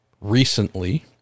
recently